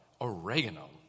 Oregano